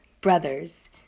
Brothers